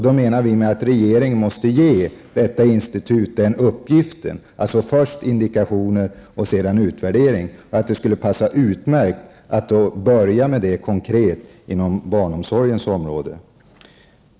Då menar vi att regeringen måste ge detta institut den uppgiften, dvs. först indikationer och sedan utvärdering. Det skulle passa utmärkt att börja med det konkret inom barnomsorgens område.